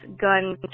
gun